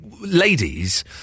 ladies